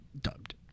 Dubbed